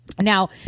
Now